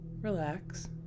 relax